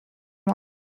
one